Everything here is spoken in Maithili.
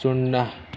शुन्ना